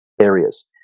areas